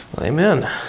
Amen